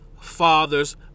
fathers